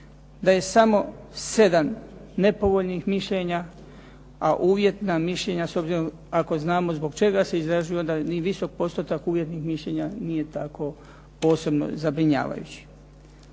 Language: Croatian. da je samo sedam nepovoljnih mišljenja, a uvjetna mišljenja s obzirom ako znamo zbog čega se izražavaju, onda ni visok postotak uvjetnih mišljenja nije tako posebno zabrinjavajući.